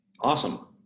awesome